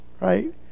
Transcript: Right